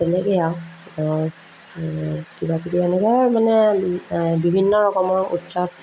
তেনেকৈয়ে আৰু কিবাকিবি এনেকৈ মানে এই বিভিন্ন ৰকমৰ উৎসৱ